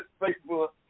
Facebook